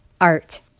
Art